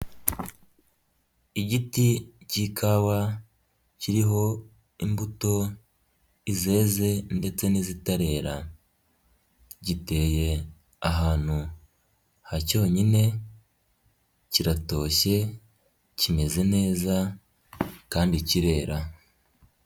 Igiti cy'ikawa kiriho imbuto i zeze ndetse n'izitarera, giteye ahantu hacyonyine, kiratoshye kimeze neza, kandi kirera.